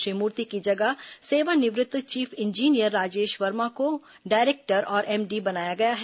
श्री मूर्ति की जगह सेवानिवृत्त चीफ इंजीनियर राजेश वर्मा को डायरेक्टर और एमडी बनाया गया है